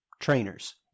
trainers